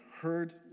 heard